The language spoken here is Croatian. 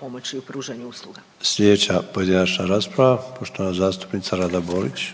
pomoći u pružanju usluga. **Sanader, Ante (HDZ)** Sljedeća pojedinačna rasprava poštovana zastupnica Rada Borić.